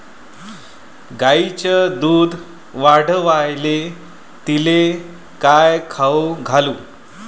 गायीचं दुध वाढवायले तिले काय खाऊ घालू?